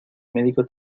médico